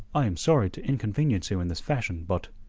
i am sorry to inconvenience you in this fashion, but.